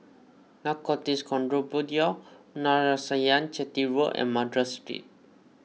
Narcotics Control Bureau Narayanan Chetty Road and Madras Street